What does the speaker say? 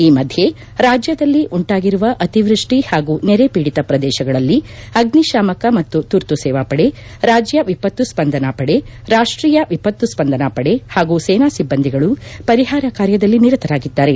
ಈ ಮಧ್ಯೆ ರಾಜ್ಯದಲ್ಲಿ ಉಂಟಾಗಿರುವ ಅತಿವೃಸ್ಟಿ ಹಾಗೂ ನೆರೆ ಪೀಡಿತ ಪ್ರದೇಶಗಳಲ್ಲಿ ಅಗ್ನಿಶಾಮಕ ಮತ್ತು ತುರ್ತು ಸೇವಾಪಡೆ ರಾಜ್ಯ ವಿಪತ್ತು ಸ್ಪಂದನಾ ಪಡೆ ರಾಷ್ಲೀಯ ವಿಪತ್ತು ಸ್ಪಂದನಾ ಪಡೆ ಹಾಗೂ ಸೇನಾ ಸಿಬ್ಲಂದಿಗಳು ಪರಿಹಾರ ಕಾರ್ಯಗಳಲ್ಲಿ ನಿರತರಾಗಿದ್ದಾರೆ